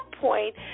point